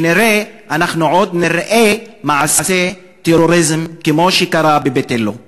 כנראה אנחנו עוד נראה מעשי טרוריזם כמו שקרה בביתילו.